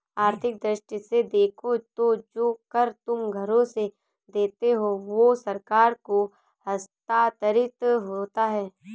आर्थिक दृष्टि से देखो तो जो कर तुम घरों से देते हो वो सरकार को हस्तांतरित होता है